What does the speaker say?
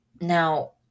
Now